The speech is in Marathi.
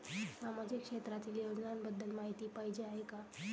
सामाजिक क्षेत्रातील योजनाबद्दल माहिती पाहिजे आहे?